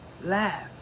Laugh